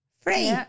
Free